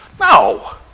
No